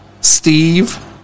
Steve